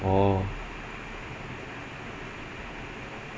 then you you bracket it tamil to tell them